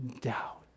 doubt